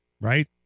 right